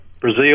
Brazil